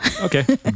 Okay